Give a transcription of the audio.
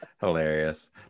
Hilarious